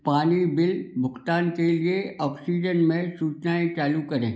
पानी बिल भुगतान के लिए ऑक्सीजन में सूचनाएँ चालू करें